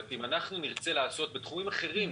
אם אנחנו נרצה לעשות בתחומים אחרים,